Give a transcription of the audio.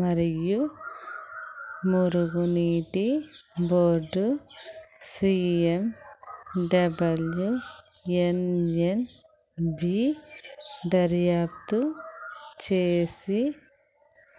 మరియు మురుగునీటి board C M W N N B దర్యాప్తు చేసి